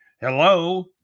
Hello